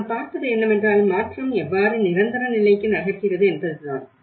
ஆனால் நாம் பார்ப்பது என்னவென்றால் மாற்றம் எவ்வாறு நிரந்தர நிலைக்கு நகர்கிறது என்பதுதான்